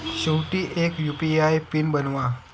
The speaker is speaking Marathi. शेवटी एक यु.पी.आय पिन बनवा